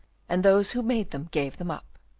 and those who made them gave them up.